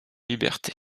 liberté